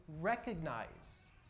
recognize